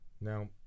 Now